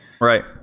right